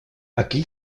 aquí